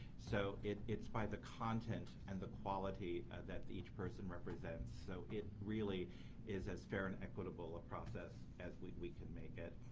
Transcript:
so it's by the content and the quality of that each person represents. so it really is as fair and equitable a process as we we can make it.